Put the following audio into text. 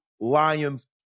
Lions